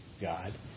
God